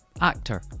actor